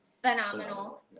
Phenomenal